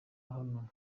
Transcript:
hano